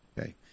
Okay